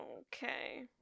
Okay